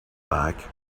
back